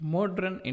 Modern